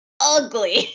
ugly